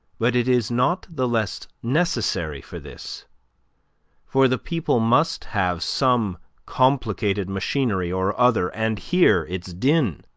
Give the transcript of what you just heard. but it is not the less necessary for this for the people must have some complicated machinery or other, and hear its din,